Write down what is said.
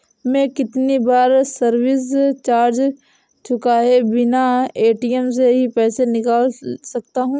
मैं कितनी बार सर्विस चार्ज चुकाए बिना ए.टी.एम से पैसे निकाल सकता हूं?